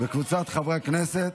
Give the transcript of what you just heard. וקבוצת חברי הכנסת.